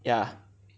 ya